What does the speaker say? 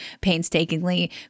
painstakingly